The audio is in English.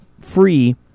free